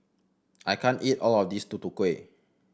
I can't eat all of this Tutu Kueh